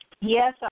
Yes